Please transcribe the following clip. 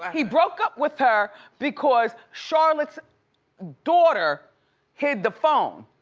he broke up with her because charlotte's daughter hid the phone,